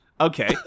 Okay